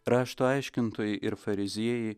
rašto aiškintojai ir fariziejai